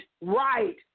Right